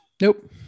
Nope